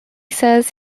says